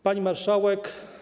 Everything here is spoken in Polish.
Pani Marszałek!